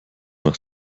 nach